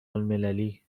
المللی